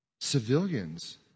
civilians